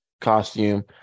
Costume